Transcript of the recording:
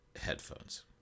headphones